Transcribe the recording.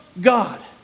God